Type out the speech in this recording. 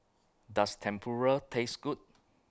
Does Tempura Taste Good